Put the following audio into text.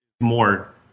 more